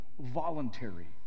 voluntary